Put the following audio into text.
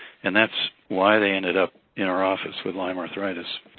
and that's why they ended up in our office with lyme arthritis.